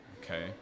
okay